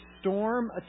storm